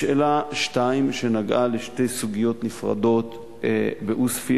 לשאלה 2, שנגעה לשתי סוגיות נפרדות בעוספיא,